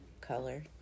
color